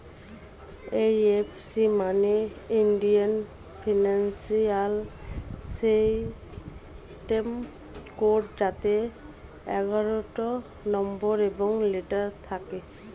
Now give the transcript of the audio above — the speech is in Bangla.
এই এফ সি মানে ইন্ডিয়ান ফিনান্সিয়াল সিস্টেম কোড যাতে এগারোটা নম্বর এবং লেটার থাকে